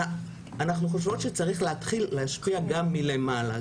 אנחנו חושבת שצריך להתחיל להשפיע גם מלמעלה.